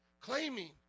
claiming